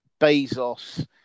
bezos